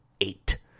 eight